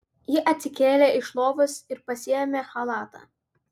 ji atsikėlė iš lovos ir pasiėmė chalatą